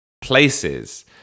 places